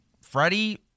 Freddie